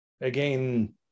again